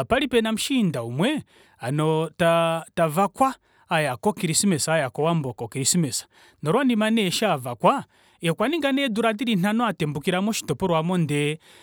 opali pena mushiinda umwe hano taaa tvakwa ayako ko chrismas aya kowambo ko chrismas nolwanima nee eshi avakwa yee okwaninga nee eedula dili nhano atembukila moshitopolwa aamo ndee